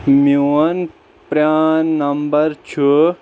میٛون پرٛان نَمبر چُھ